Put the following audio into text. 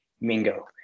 Mingo